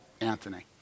Anthony